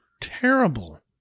terrible